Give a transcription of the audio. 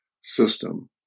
system